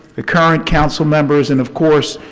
the current councilmembers, and of course,